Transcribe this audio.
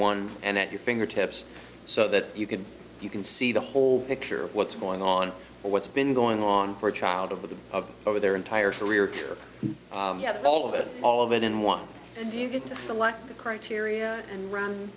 one and at your fingertips so that you can you can see the whole picture of what's going on or what's been going on for a child of of the their entire career you have all of it all of it in one and you get to select the criteria and run